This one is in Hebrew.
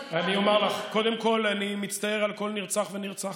קודם כול, אני מצטער על כל נרצח ונרצחת,